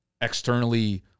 externally